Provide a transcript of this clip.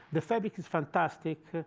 the fabric is fantastic.